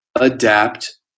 adapt